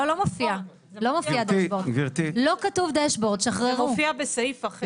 לא, זה מופיע בסעיף אחר.